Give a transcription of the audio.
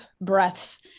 breaths